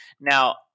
Now